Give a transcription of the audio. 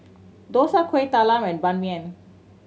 dosa Kuih Talam and Ban Mian